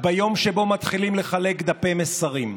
ביום שבו מתחילים לחלק דפי מסרים,